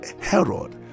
Herod